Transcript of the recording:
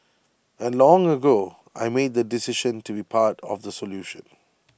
and long ago I made the decision to be part of the solution